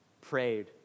prayed